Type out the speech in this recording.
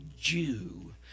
Jew